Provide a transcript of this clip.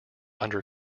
under